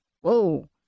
Whoa